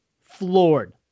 floored